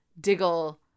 Diggle